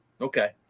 Okay